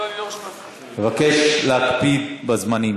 אבקש להקפיד בזמנים.